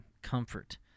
Comfort